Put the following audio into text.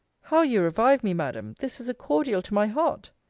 how you revive me, madam! this is a cordial to my heart!